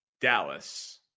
Dallas